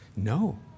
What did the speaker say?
No